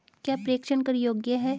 क्या प्रेषण कर योग्य हैं?